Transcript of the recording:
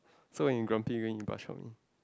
so when you grumpy when you brush on me